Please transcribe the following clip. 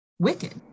wicked